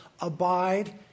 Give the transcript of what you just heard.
abide